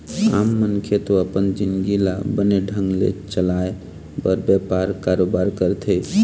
आम मनखे तो अपन जिंनगी ल बने ढंग ले चलाय बर बेपार, कारोबार करथे